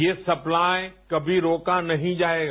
यह सप्लाई कभी रोका नहीं जायेगा